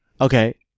Okay